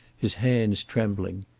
his hands trembling.